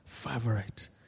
favorite